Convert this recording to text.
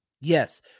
Yes